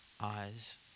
eyes